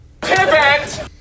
Pivot